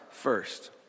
first